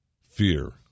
fear